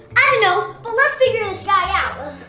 you know but let's figure this guy out.